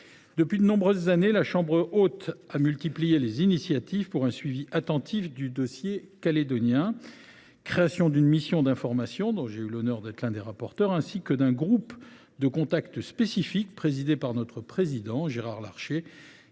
Depuis de nombreuses années, la Chambre haute a multiplié les initiatives pour permettre un suivi attentif du dossier calédonien : création d’une mission d’information dont j’ai eu l’honneur d’être l’un des rapporteurs ; mise en place d’un groupe de contact spécifique présidé par le président du Sénat, Gérard Larcher